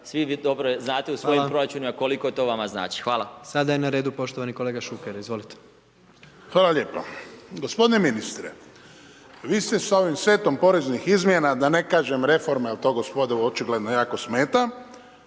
Svi dobro znate u svojim proračunima koliko to vama znači. Hvala. **Jandroković, Gordan (HDZ)** Sada je na redu poštovani kolega Šuker, izvolite. **Šuker, Ivan (HDZ)** Hvala lijepa. Gospodine ministre, vi ste sa ovim setom poreznih izmjena, da ne kažem reforma jer to gospodu očigledno jako smeta,